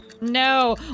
No